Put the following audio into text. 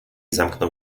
zamknął